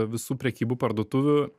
visų prekybų parduotuvių